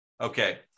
Okay